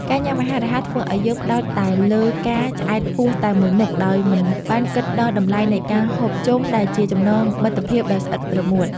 ការញ៉ាំអាហាររហ័សធ្វើឲ្យយើងផ្តោតតែលើការឆ្អែតពោះតែមួយមុខដោយមិនបានគិតដល់តម្លៃនៃការជួបជុំដែលជាចំណងមិត្តភាពដ៏ស្អិតរមួត។